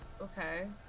Okay